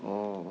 orh